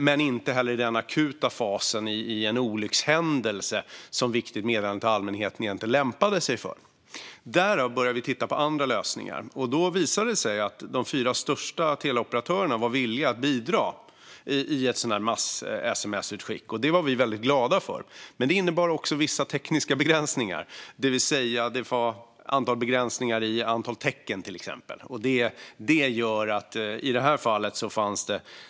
Men det handlade inte om den akuta fasen i en olyckshändelse, som ju Viktigt meddelande till allmänheten egentligen är avsett för. Därför började vi titta på andra lösningar. Det visade sig då att de fyra största teleoperatörerna var villiga att bidra till ett mass-sms-utskick, och det var vi väldigt glada för. Men det innebar också vissa tekniska begränsningar, till exempel begränsningar i antalet tecken.